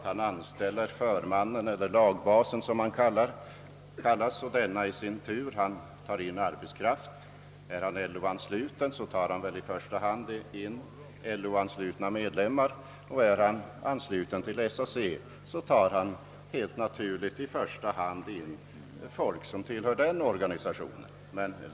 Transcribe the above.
Han anställer väl förmannen, eller lagbasen som han kallas, och denne i sin tur tår in arbetskraft. är förmannen LO-ansluten blir det väl i första hand fråga om LO-anslutna medlemmar medan han om han är ansluten till SAC helt naturligt i första hand tar in arbetare tillhörande den organisationen.